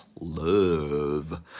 love